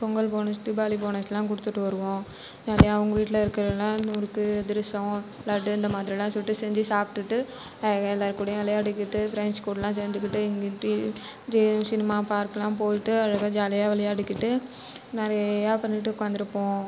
Pongal bonus Deepavali போனஸ்லாம் கொடுத்துட்டு வருவோம் நிறையா அவங்க வீட்டில் இருக்குறதுலாம் முறுக்கு அதிரசம் லட்டு இந்த மாதிரிலாம் சுட்டு செஞ்சு சாப்பிடுட்டு அழகாக எல்லார் கூடையும் விளையாடிகிட்டு ஃப்ரெண்ட்ஸ் கூடலாம் சேர்ந்துக்கிட்டு இங்கிட்டி ஜெய சினிமா பார்க்லாம் போயிட்டு அழகாக ஜாலியாக விளையாடிகிட்டு நிறையா பண்ணிகிட்டு உட்காந்துருப்போம்